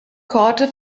korte